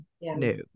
no